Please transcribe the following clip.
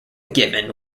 given